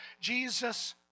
Jesus